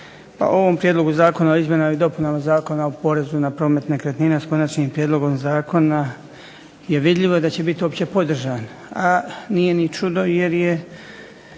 Pa ovom Prijedlogu zakona o izmjenama i dopunama Zakona o porezu na promet nekretnina s Konačnim prijedlogom zakona je vidljivo da će biti opće podržan, a nije ni čudo jer je